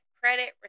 credit